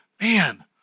man